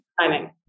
timing